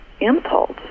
impulse